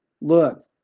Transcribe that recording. look